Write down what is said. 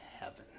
heaven